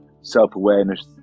self-awareness